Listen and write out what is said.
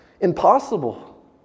impossible